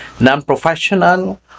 non-professional